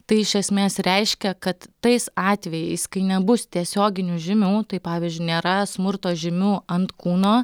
tai iš esmės reiškia kad tais atvejais kai nebus tiesioginių žymių tai pavyzdžiui nėra smurto žymių ant kūno